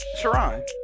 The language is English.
Sharon